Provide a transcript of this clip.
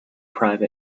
private